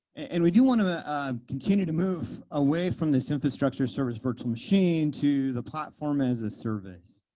and we do want to continue to move away from this infrastructure service virtual machine to the platform as a service.